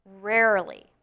Rarely